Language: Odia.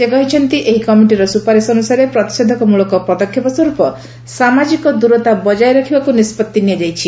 ସେ କହିଚ୍ଚନ୍ତି ଏହି କମିଟିର ସୁପାରିଶ ଅନୁସାରେ ପ୍ରତିଷେଧମୂଳକ ପଦକ୍ଷେପ ସ୍ୱରୂପ ସାମାଜିକ ଦୂରତା ବଜାୟ ରଖିବାକୁ ନିଷ୍କଭି ନିଆଯାଇଛି